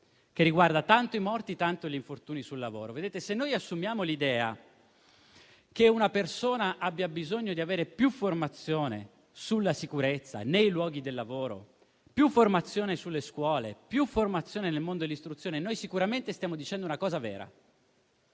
che riguarda tanto i morti tanto gli infortuni sul lavoro. Se assumiamo l'idea che una persona abbia bisogno di avere più formazione nella sicurezza sui luoghi del lavoro, più formazione sulle scuole, più formazione nel mondo dell'istruzione, sicuramente stiamo dicendo una cosa vera,